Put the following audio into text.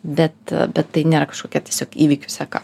bet bet tai nėra kažkokia tiesiog įvykių seka